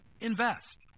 Invest